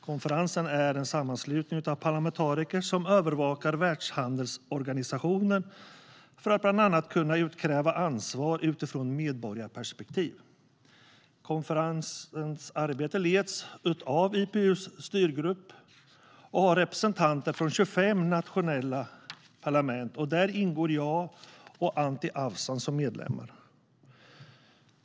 Konferensen är en sammanslutning av parlamentariker som övervakar Världshandelsorganisationen, för att bland annat kunna utkräva ansvar utifrån medborgarperspektiv. Konferensens arbete leds av IPU:s styrgrupp där representanter för 25 nationella parlament ingår och där jag och Anti Avsan är medlemmar.